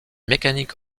mécanique